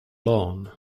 lawn